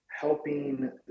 helping